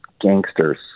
gangsters